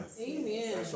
Amen